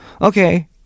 Okay